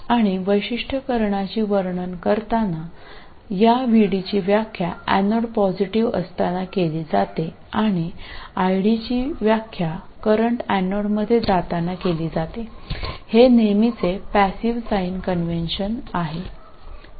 आणि वैशिष्ट्यीकरणाचे वर्णन करताना या VD ची व्याख्या एनोड पॉझिटिव्ह असताना केली जाते आणि ID ची व्याख्या करंट एनोडमध्ये जाताना केली जाते हे नेहमीचे पॅसिव साईंन कन्व्हेन्शन आहे